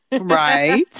right